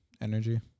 energy